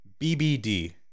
BBD